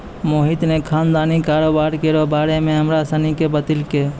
मोहित ने खानदानी कारोबार केरो बारे मे हमरा सनी के बतैलकै